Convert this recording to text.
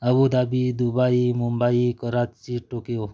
Abu Dhabi Dubai Mumbai Karachi Tokyo